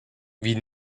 wie